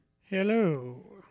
Hello